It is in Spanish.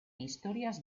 historias